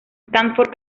stanford